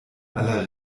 aller